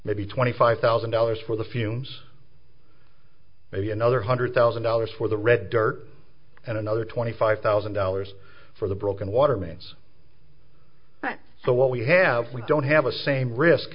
maybe twenty five thousand dollars for the fumes maybe another hundred thousand dollars for the red dirt and another twenty five thousand dollars for the broken water mains but so what we have we don't have a same risk